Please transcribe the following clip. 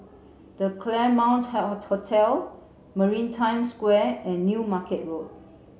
the Claremont Hotel Maritime Square and New Market Road